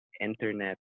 internet